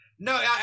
No